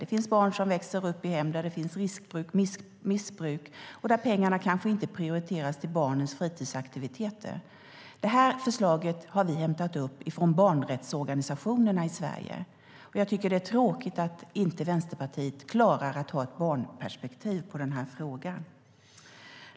Det finns barn som växer upp i hem där det finns missbruk och där pengarna kanske inte prioriteras till barnens fritidsaktiviteter. Detta förslag har vi hämtat upp från barnrättsorganisationerna i Sverige. Jag tycker att det är tråkigt att Vänsterpartiet inte klarar att ha ett barnperspektiv på frågan.